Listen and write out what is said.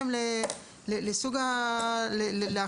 הסעיף הזה פתר לי את המעשיות בעבודה,